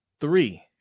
three